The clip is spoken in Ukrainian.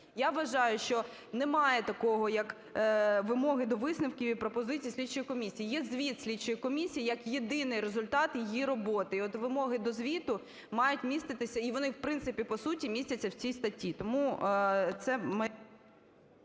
Я вважаю, що немає такого, як вимоги до висновків і пропозицій слідчої комісії, є звіт слідчої комісії як єдиний результат її роботи. І от вимоги до звіту мають міститися, і вони в принципі по суті містяться в цій статті.